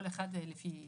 כל אחד בתחומו.